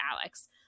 Alex